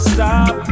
Stop